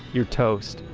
you're toast.